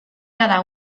cada